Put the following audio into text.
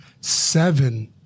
seven